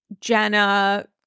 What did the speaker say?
Jenna